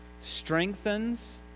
strengthens